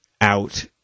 out